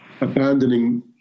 abandoning